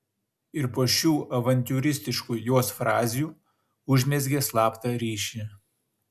ir po šių avantiūristiškų jos frazių užmezgė slaptą ryšį